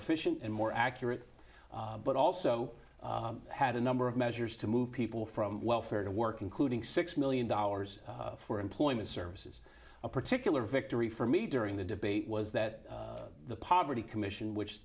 efficient and more accurate but also had a number of measures to move people from welfare to work including six million dollars for employment services a particular victory for me during the debate was that the poverty commission which